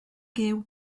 gyw